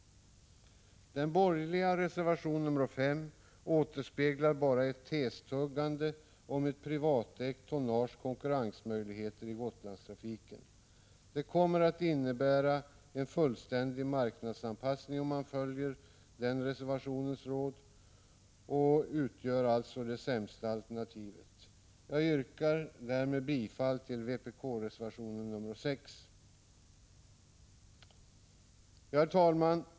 I den borgerliga reservationen 5 återspeglas bara ett testuggande om konkurrensmöjligheterna i Gotlandstrafiken för ett privatägt tonnage. Det kommer att innebära en fullständig marknadsanpassning om man följer rådet i reservationen, och det utgör alltså det sämsta alternativet. Jag yrkar därmed bifall till vpk-reservation 6. Herr talman!